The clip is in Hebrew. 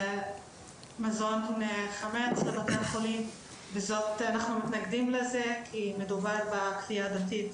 מזון חמץ לבתי החולים ואנחנו מתנגדים לזה כי מדובר בכפייה דתית.